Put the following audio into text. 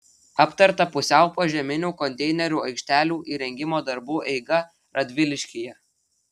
aptarta pusiau požeminių konteinerių aikštelių įrengimo darbų eiga radviliškyje